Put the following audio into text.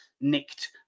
nicked